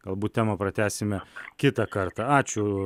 galbūt temą pratęsime kitą kartą ačiū